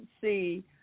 see